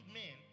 men